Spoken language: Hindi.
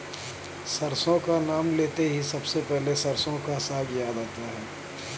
सरसों का नाम लेते ही सबसे पहले सरसों का साग याद आता है